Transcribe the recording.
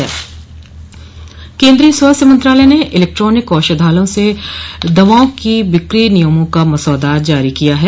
केन्द्रीय स्वास्थ्य मंत्रालय ने इलेक्ट्रॉनिक औषधालयों से दवाओं के बिक्री नियमों का मसौदा जारी किया है